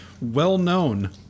well-known